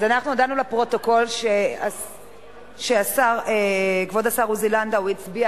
אז אנחנו הודענו לפרוטוקול שכבוד השר עוזי לנדאו הצביע